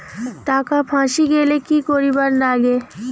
টাকা ফাঁসি গেলে কি করিবার লাগে?